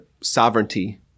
sovereignty